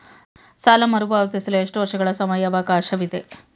ಸಾಲ ಮರುಪಾವತಿಸಲು ಎಷ್ಟು ವರ್ಷಗಳ ಸಮಯಾವಕಾಶವಿದೆ?